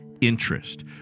interest